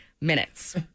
minutes